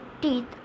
teeth